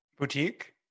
Boutique